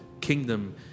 kingdom